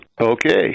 Okay